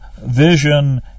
vision